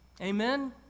Amen